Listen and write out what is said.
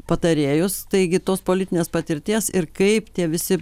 patarėjus taigi tos politinės patirties ir kaip tie visi